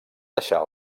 deixar